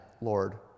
Lord